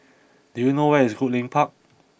do you know where is Goodlink Park